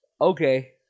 okay